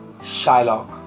Shylock